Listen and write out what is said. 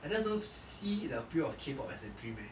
I just don't see the appeal of K pop as a dream eh